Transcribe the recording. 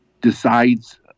decides